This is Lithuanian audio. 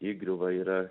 įgriuva yra